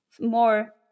more